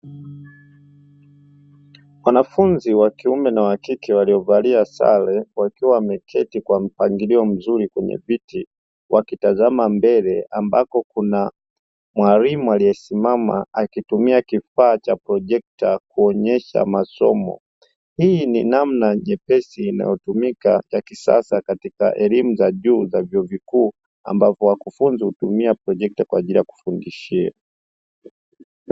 Wanafunzi wa kiume na wa kike waliovalia sare wakiwa wameketi kwa mpangilio mzuri kwenye viti wakitazama mbele, ambako kuna mwalimu aliyesimama akitumia kifaa cha projekta kuonyesha masomo. Hii ni namna jepesi inayotumika ya kisasa katika elimu za juu za vyuo vikuu ambavyo wakufunzi hutumia projekta kwa ajili ya kufundishia.